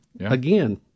Again